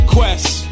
Quest